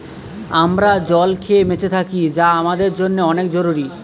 আমরা জল খেয়ে বেঁচে থাকি যা আমাদের জন্যে অনেক জরুরি